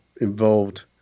involved